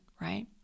Right